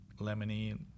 Lemony